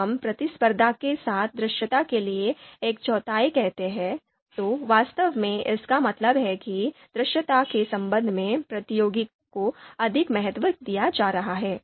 जब हम प्रतिस्पर्धा के साथ दृश्यता के लिए 14 कहते हैं तो वास्तव में इसका मतलब है कि दृश्यता के संबंध में प्रतियोगिता को अधिक महत्व दिया जा रहा है